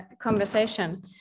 conversation